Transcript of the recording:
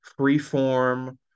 freeform